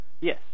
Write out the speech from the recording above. Yes